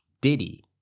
Diddy